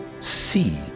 See